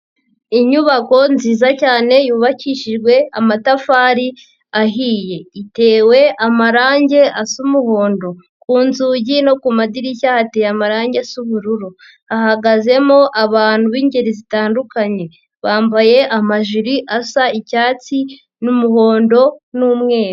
Inyubako nziza cyane yubakishijwe amatafari ahiye itewe amarangi asa umuhondo ku nzugi no ku madirishya hateye amarangi zubururu hahagazemo abantu b'ingeri zitandukanye bambaye amajiri asa icyatsi n'umuhondo n'umweru.